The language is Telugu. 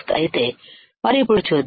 అయితే మరి ఇప్పుడు చూద్దాం